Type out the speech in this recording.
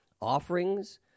offerings